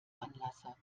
anlasser